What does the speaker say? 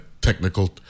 technical